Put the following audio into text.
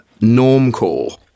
Normcore